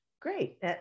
great